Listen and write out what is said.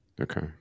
Okay